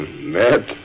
Met